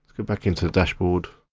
go back into the dashboard,